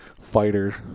fighter